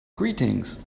greetings